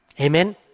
Amen